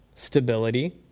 stability